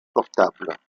portables